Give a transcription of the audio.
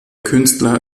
künstler